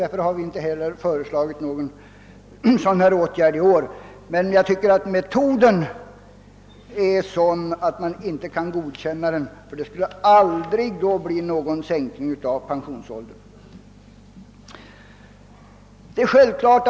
Därför har vi inte heller föreslagit någon sådan åtgärd i år, men jag tycker att man inte kan godkänna argumentet, eftersom pensionsåldern aldrig skulle kunna sänkas, om man förde ett sådant resonemang.